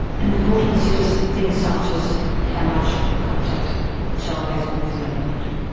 and the court considers things such as how much contact the child has with the other party,